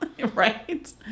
right